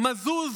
"מזוז: